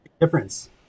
difference